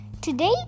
Today